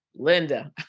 Linda